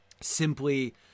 simply